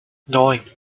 neun